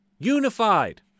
unified